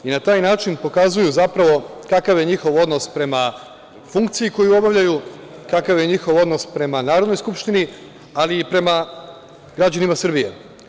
Na taj način pokazuju zapravo kakav je njihov odnos prema funkciji koju obavljaju, kakav je njihov odnos prema Narodnoj skupštini, ali i prema građanima Srbije.